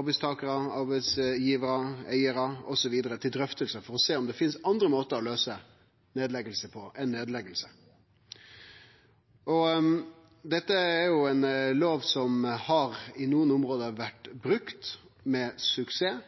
arbeidstakarar, arbeidsgivarar, eigarar osv., til drøfting for å sjå om det finst andre måtar å løyse nedlegging på enn nedlegging. Dette er ei lov som i nokre område har vore brukt med suksess,